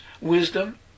wisdom